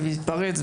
להתפרץ,